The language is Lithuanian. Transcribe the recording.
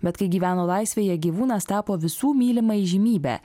bet kai gyveno laisvėje gyvūnas tapo visų mylima įžymybe